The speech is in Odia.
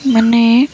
ମାନେ